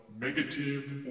negative